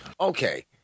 Okay